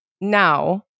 now